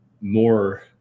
more